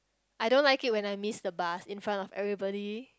I don't like it when I miss the bus in front of everybody